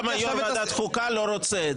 אני לא מצליח להבין.